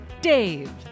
Dave